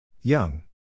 Young